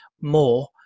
more